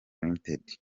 ltd